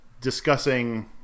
discussing